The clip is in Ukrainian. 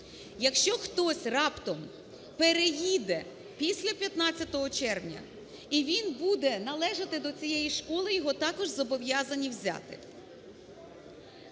Якщо хтось раптом переїде після 15 червня і він буде належати до цієї школи, його також зобов'язані взяти.